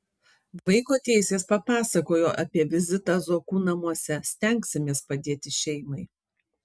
vaiko teisės papasakojo apie vizitą zuokų namuose stengsimės padėti šeimai